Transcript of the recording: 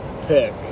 pick